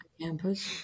campus